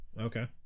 Okay